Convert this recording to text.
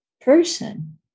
person